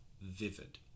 vivid